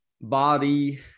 body